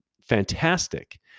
fantastic